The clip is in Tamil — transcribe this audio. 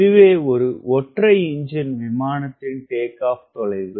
இதுவே ஒரு ஒற்றை எஞ்சின் விமானத்தின் டேக் ஆப் தொலைவு